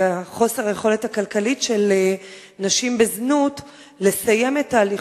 חוסר היכולת הכלכלית של נשים בזנות לסיים את הליך